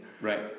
Right